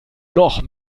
noch